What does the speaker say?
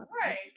Right